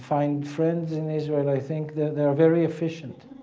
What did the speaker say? find friends in israel. i think that they are very efficient.